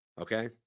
Okay